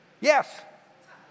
Yes